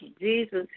Jesus